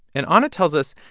and anna tells us,